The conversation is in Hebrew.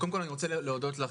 לך,